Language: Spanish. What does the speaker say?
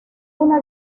una